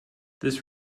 this